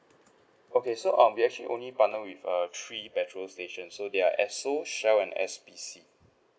okay so um we actually only partner with uh three petrol station so they are esso shell and S_P_C